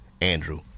Andrew